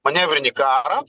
manevrinį karą